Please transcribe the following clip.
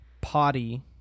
potty